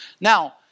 Now